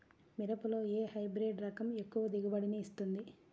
మిరపలో ఏ హైబ్రిడ్ రకం ఎక్కువ దిగుబడిని ఇస్తుంది?